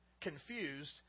confused